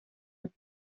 mit